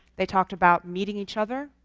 they talked about meeting each other,